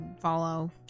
follow